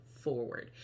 forward